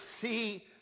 see